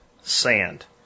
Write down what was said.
sand